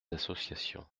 associations